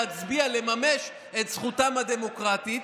להצביע ולממש את זכותם הדמוקרטית,